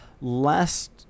Last